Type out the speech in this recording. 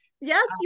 Yes